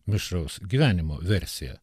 mišraus gyvenimo versija